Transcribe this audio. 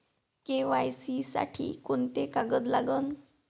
KYC साठी कोंते कागद लागन?